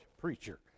preacher